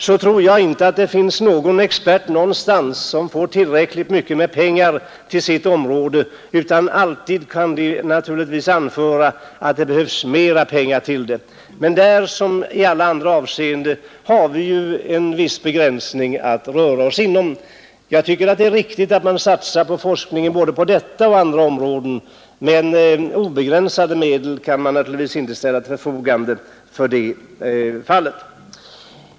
Jag tror inte att det finns någon expert någonstans som anser sig få tillräckligt mycket pengar till förfogande på sitt område, utan experterna kan naturligtvis alltid anföra att det behövs mera pengar. Men där som i alla andra avseenden har vi vissa gränser att röra oss inom. Jag tycker att det är riktigt att satsa på forskning både på detta och på andra områden, men obegränsade medel kan naturligtvis inte ställas till förfogande.